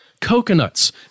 Coconuts